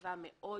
רחבה מאוד.